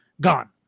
gone